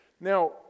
Now